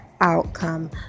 outcome